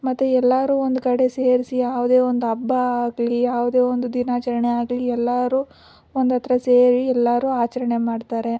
ಮತ್ತು ಎಲ್ಲರೂ ಒಂದು ಕಡೆ ಸೇರಿಸಿ ಯಾವುದೇ ಒಂದು ಹಬ್ಬ ಆಗಲಿ ಯಾವುದೇ ಒಂದು ದಿನಾಚರಣೆ ಆಗಲಿ ಎಲ್ಲರೂ ಒಂದು ಹತ್ರ ಸೇರಿ ಎಲ್ಲರೂ ಆಚರಣೆ ಮಾಡ್ತಾರೆ